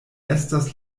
estas